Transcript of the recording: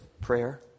prayer